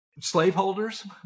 slaveholders